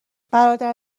برادر